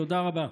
תודה רבה.